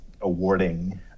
awarding